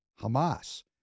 Hamas